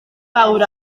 fawr